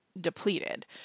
depleted